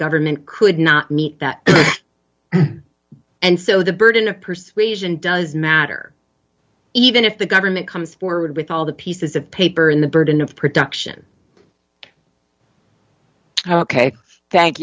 government could not meet that and so the burden of persuasion does matter even if the government comes forward with all the pieces of paper in the burden of production ok thank